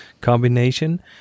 combination